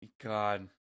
God